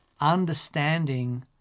understanding